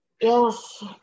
Yes